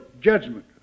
judgment